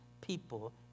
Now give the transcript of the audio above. people